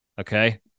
Okay